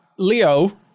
Leo